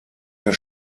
der